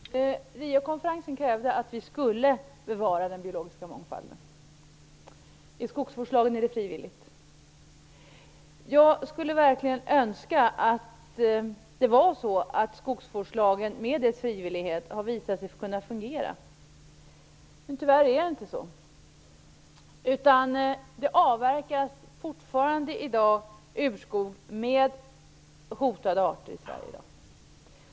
Fru talman! Riokonferensen krävde att den biologiska mångfalden skulle bevaras. Enligt skogsvårdslagen är det frivilligt. Jag skulle verkligen önska att skogsvårdslagen med sin frivillighet fungerade. Men tyvärr är det inte så. Det avverkas fortfarande i dag i Sverige urskog med hotade arter.